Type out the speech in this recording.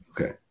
Okay